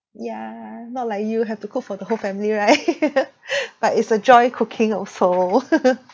yeah not like you have to cook for the whole family right but it's a joy cooking also